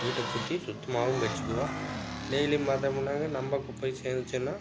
வீட்டைச் சுற்றி சுத்தமாகவும் வச்சுக்குவோம் டெய்லியும் பார்த்தோமுன்னாங்க நம்ம குப்பை சேர்ந்துச்சின்னா